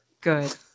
good